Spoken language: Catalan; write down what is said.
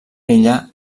ella